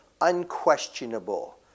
unquestionable